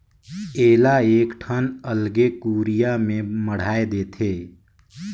एला एकठन अलगे कुरिया में मढ़ाए देथे